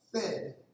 fed